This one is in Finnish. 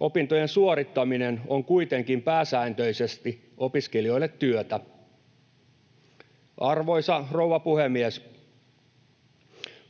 opintojen suorittaminen on kuitenkin pääsääntöisesti opiskelijoille työtä. Arvoisa rouva puhemies!